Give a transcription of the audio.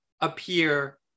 appear